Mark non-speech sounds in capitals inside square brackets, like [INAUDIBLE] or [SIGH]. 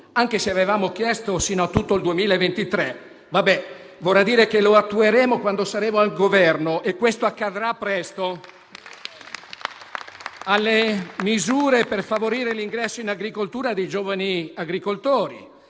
anche se avevamo chiesto sino a tutto il 2023, ma va bene: vorrà dire che lo attueremo quando saremo al Governo e questo accadrà presto [APPLAUSE] - le misure per favorire l'ingresso in agricoltura dei giovani agricoltori;